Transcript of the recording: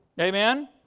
Amen